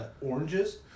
oranges